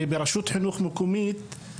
וברשות חינוך מקומית,